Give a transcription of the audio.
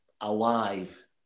alive